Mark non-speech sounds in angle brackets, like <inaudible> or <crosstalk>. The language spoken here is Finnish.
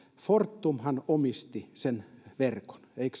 fortumhan omisti sen verkon eikö <unintelligible>